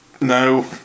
no